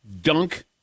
dunk